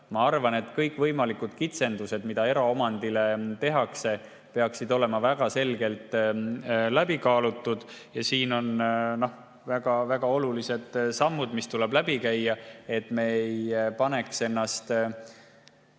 Ma arvan, et kõikvõimalikud kitsendused, mida eraomandile tehakse, peaksid olema väga selgelt läbi kaalutud. Siin on väga olulised sammud, mis tuleb läbi käia, et me ei paneks omanikke